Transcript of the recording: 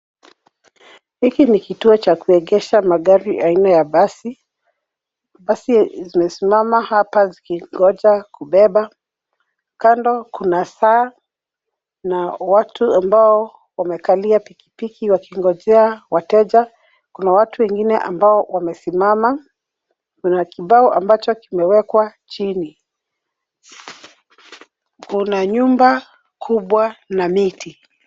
Hiki ni kituo cha kuegesha magari aina ya basi. Basi zimesimama hapa zikingoja kubeba. Kando kuna saa na watu ambao wamekalia pikipiki wakingojea wateja. Kuna watu wengine ambao wamesimama. Kuna kibao ambacho kimewekwa chini. Kuna nyumba kubwa na miti.